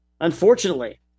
Unfortunately